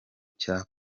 cya